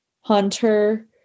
Hunter